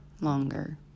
longer